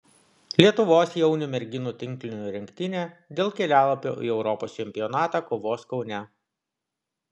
lietuvos jaunių merginų tinklinio rinktinė dėl kelialapio į europos čempionatą kovos kaune